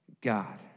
God